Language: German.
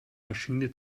maschine